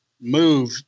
move